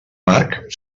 marc